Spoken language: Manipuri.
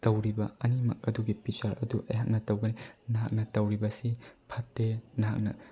ꯇꯧꯔꯤꯕ ꯑꯅꯤꯃꯛ ꯑꯗꯨꯒꯤ ꯕꯤꯆꯥꯔ ꯑꯗꯨ ꯑꯩꯍꯥꯛꯅ ꯇꯧꯒꯅꯤ ꯅꯍꯥꯛꯅ ꯇꯧꯔꯤꯕꯁꯤ ꯐꯠꯇꯦ ꯅꯍꯥꯛꯅ